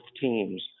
teams